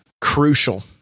crucial